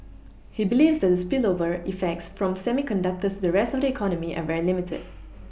he believes that the spillover effects from semiconductors the rest of the economy are very limited